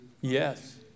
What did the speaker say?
Yes